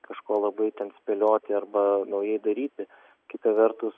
kažko labai ten spėlioti arba naujai daryti kita vertus